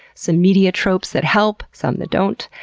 some media tropes that help, some that don't,